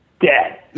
dead